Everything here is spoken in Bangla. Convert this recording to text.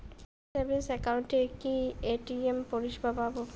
সেভিংস একাউন্টে কি এ.টি.এম পরিসেবা পাব?